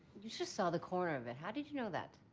you just saw the corner of it. how did you know that?